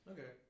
Okay